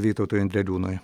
vytautui indreliūnui